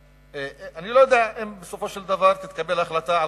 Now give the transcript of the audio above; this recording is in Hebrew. אני לא יודע אם בסופו של דבר תתקבל החלטה על